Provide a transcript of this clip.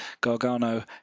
Gargano